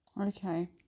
Okay